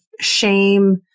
shame